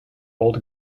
old